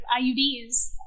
IUDs